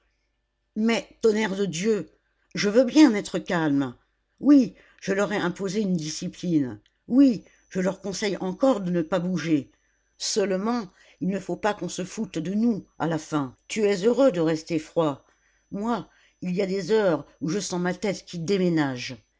mais tonnerre de dieu je veux bien être calme oui je leur ai imposé une discipline oui je leur conseille encore de ne pas bouger seulement il ne faut pas qu'on se foute de nous à la fin tu es heureux de rester froid moi il y a des heures où je sens ma tête qui déménage